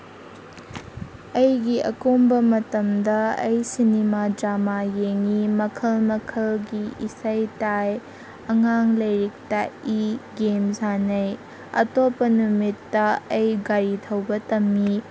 ꯑꯩꯒꯤ ꯑꯀꯣꯝꯕ ꯃꯇꯝꯗ ꯑꯩ ꯁꯤꯅꯤꯃꯥ ꯗ꯭ꯔꯃꯥ ꯌꯦꯡꯉꯤ ꯃꯈꯜ ꯃꯈꯜꯒꯤ ꯏꯁꯩ ꯇꯥꯏ ꯑꯉꯥꯡ ꯂꯥꯏꯔꯤꯛ ꯇꯥꯛꯏ ꯒꯦꯝ ꯁꯥꯟꯅꯩ ꯑꯇꯣꯞꯄ ꯅꯨꯃꯤꯠꯇ ꯑꯩ ꯒꯥꯔꯤ ꯊꯧꯕ ꯇꯝꯃꯤ